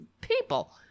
people